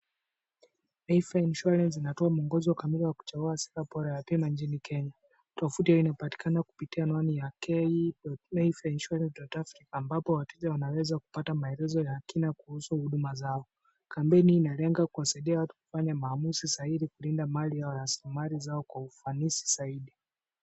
Mayfair Insurance inatoa mwongozo kamili wa kuchagua hazina bora ya bima nchini Kenya. Tovuti yao inapatikana kupitia logi ya ke.mayfairinsurance. africa ambapo wateja wanaweza kupata maelezo ya kila kuhusu huduma zao. Kampeni inalenga kuwasaidia watu kufanya maamuzi zaidi kulinda mali yao, raslimali zao kwa ufanisi zaidi.